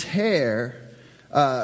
hair